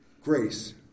grace